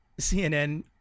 CNN